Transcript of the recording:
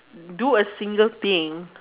do a single thing